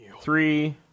Three